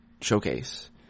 showcase